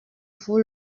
vous